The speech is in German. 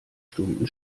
stunden